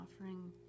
offering